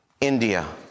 India